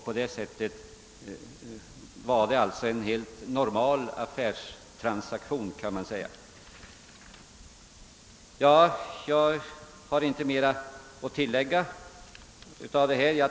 På det sättet var det alltså en helt normal affärstransaktion, kan man säga. Jag har inte mera att tillägga.